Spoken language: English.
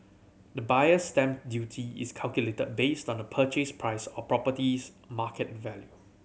the Buyer's Stamp Duty is calculated based on the purchase price or property's market value